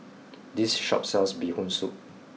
this shop sells Bee Hoon soup